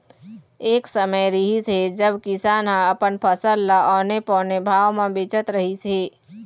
एक समे रिहिस हे जब किसान ह अपन फसल ल औने पौने भाव म बेचत रहिस हे